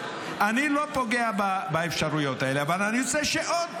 אני לא פוגע באפשרויות האלה אבל אני רוצה שעוד.